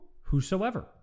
Whosoever